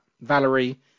Valerie